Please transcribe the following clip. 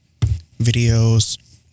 videos